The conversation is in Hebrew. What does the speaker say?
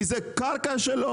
כי זה קרקע שלו.